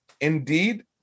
indeed